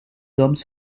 hommes